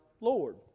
Lord